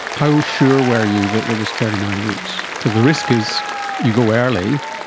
how sure were you that it was thirty nine weeks? because the risk is you go early,